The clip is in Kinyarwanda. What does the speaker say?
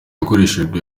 yakoreshejwe